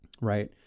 right